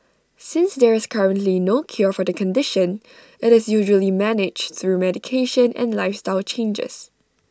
since there is currently no cure for the condition IT is usually managed through medication and lifestyle changes